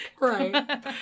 Right